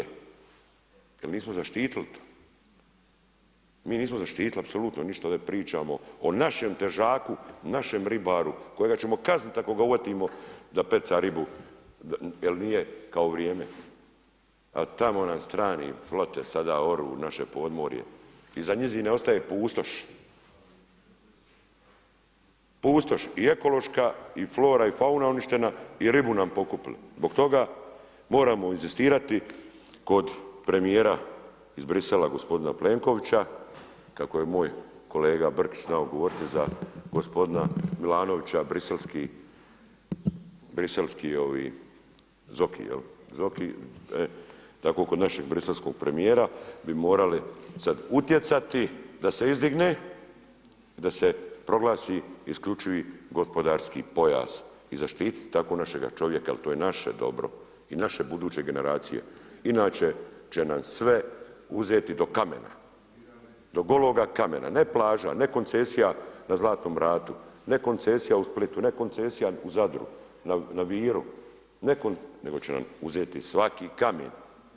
Jer nismo zaštitili to, mi nismo zaštitili apsolutno ništa, ovdje pričamo o našem težaku, našem ribaru kojega ćemo kazniti ako ga uhvatimo da peca ribu jer nije kao vrijeme a tamo nam strani flote sada oru u naše podmorje i za njih ne ostaje pustoš, pustoš i ekološka i flora i fauna je uništena i ribu nam pokupili, zbog toga moramo inzistirati kod premijera iz Brisela gospodina Plenkovića, kako je moj kolega Brkić znao govoriti za gospodina Milanovića briselski Zoki, jel, Zoki, tako kod našeg briselskog premijera bi morali sad utjecati da se izdigne, da se proglasi isključivi gospodarski pojas i zaštititi tako našega čovjeka jer to je naše dobro i naše buduće generacije, inače će nam sve uzeti do kamena, do gologa kamena, ne plaža ne koncesija na Zlatnom ratu, ne koncesija u Splitu, ne koncesija u Zadru, na Viru, ne, nego će nam uzeti svaki kamen.